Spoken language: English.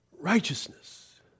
righteousness